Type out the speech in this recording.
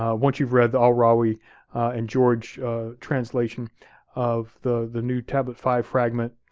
um once you've read al-rawi and george translation of the the new tablet five fragment,